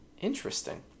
Interesting